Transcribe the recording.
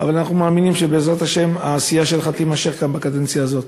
אבל אנחנו מאמינים שבעזרת השם העשייה שלך תימשך גם בקדנציה הזאת.